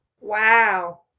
Wow